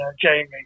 Jamie